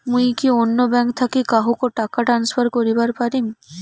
মুই কি অন্য ব্যাঙ্ক থাকি কাহকো টাকা ট্রান্সফার করিবার পারিম?